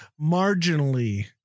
marginally